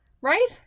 Right